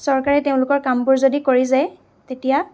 চৰকাৰে তেওঁলোকৰ কামবোৰ যদি কৰি যায় তেতিয়া